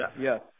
Yes